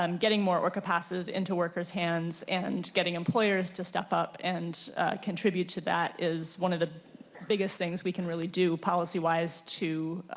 um getting more orca passes into workers hands and getting employers to step up and contribute to that. is one of the biggest things we can really do policy wise. to